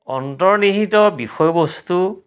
অন্তৰ্নিহিত বিষয়বস্তু